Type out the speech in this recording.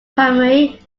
primary